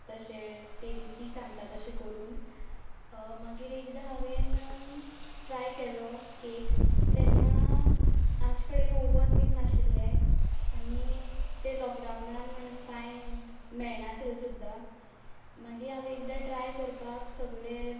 तशें ती सांगतां तशें करून मागीर एकदां हांवें ट्राय केलो कॅक तेन्ना आमचेकडेन ओव्हन बीन नाशिल्लें आनी तें लॉकडाउनान म्हणून कांय मेळनाशिल्लें सुद्दा मागीर हांव एकदां ट्राय करपाक सगळें